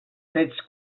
trets